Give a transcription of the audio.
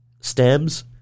stems